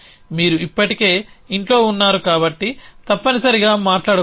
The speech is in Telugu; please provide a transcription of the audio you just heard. మీరు ఇప్పటికే ఇంట్లో ఉన్నారు కాబట్టి తప్పనిసరిగా మాట్లాడకూడదు